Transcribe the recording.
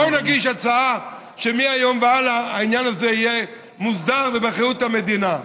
בואו נגיש הצעה שמהיום והלאה העניין הזה יהיה מוסדר ובאחריות המדינה.